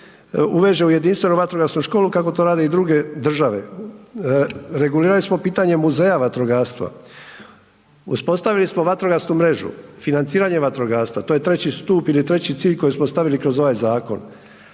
uveže u jedinstvenu vatrogasnu školu kako to rade i druge države. Regulirali smo pitanje muzeja vatrogastva, uspostavili smo vatrogasnu mrežu, financiranje vatrogastva. To je treći stup ili treći cilj koji smo stavili kroz ovaj zakon,